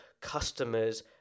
customers